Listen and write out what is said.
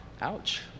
ouch